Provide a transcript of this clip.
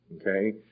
Okay